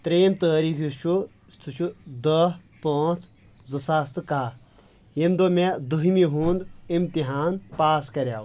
ترٛیِم تٲریخ یُس چھُ سُہ چھُ دہ پانٛژھ زٕ ساس تہٕ کاہہ ییٚمہِ دۄہ مےٚ دٔہمہِ ہُنٛد امتِحان پاس کریٚو